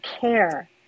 care